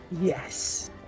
Yes